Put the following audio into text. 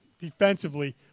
defensively